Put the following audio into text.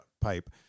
pipe